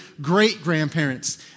great-grandparents